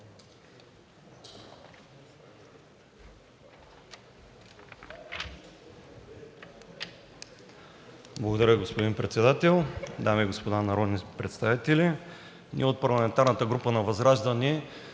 Благодаря, господин Председател. Дами и господа народни представители! Ние от парламентарната група на ВЪЗРАЖДАНЕ